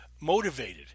motivated